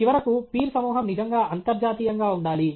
చివరకు పీర్ సమూహం నిజంగా అంతర్జాతీయంగా ఉండాలి